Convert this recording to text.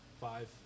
five